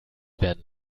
werden